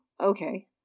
Okay